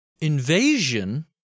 invasion